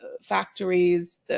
factories